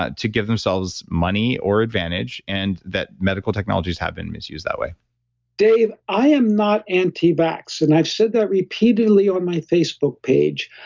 to give themselves money or advantage, and that medical technologies have been misused that way dave, i am not anti-vaccine, and i've said that repeatedly on my facebook page,